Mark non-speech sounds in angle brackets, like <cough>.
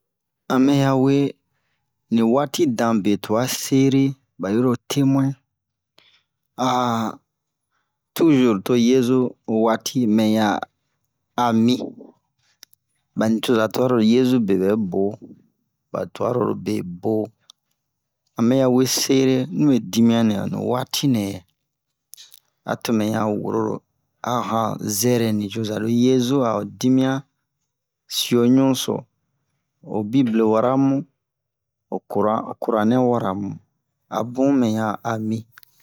A mɛ yawe ni waati dan be tu'a sere ba yiro temu'in <hesitation> tuzur to yezu waati mɛya a mi ba nicoza tuwa ro yezu bebɛ bo ba tuwa ro lo bebo a mɛ ya we sere nibe dimiyan nɛ ni waati nɛ a to mɛn ya woro lo a han zɛrɛ nicoza lo yezu a ho dimiyan siyo ɲuso ho bible wara mu ho koran ho koranɛ wara mu a bun mɛya a mi